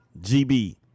GB